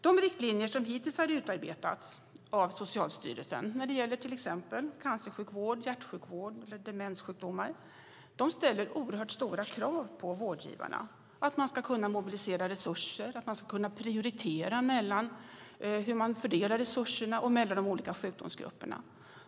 De riktlinjer som hittills har utarbetats av Socialstyrelsen när det gäller till exempel cancersjukvård, hjärtsjukvård och demenssjukdomar ställer oerhört höga krav på vårdgivarna när det gäller att man ska kunna mobilisera resurser och prioritera i fördelningen av resurserna och mellan de olika sjukdomsgrupperna.